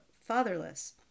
fatherless